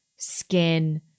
skin